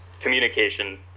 Communication